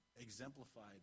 exemplified